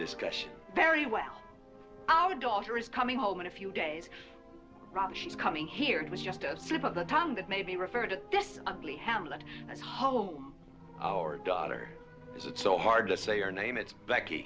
discussion very well our daughter is coming home in a few days rob she's coming here it was just a slip of the tongue that maybe refer to this ugly hamlet at home our daughter is it so hard to say your name it's becky